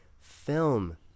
film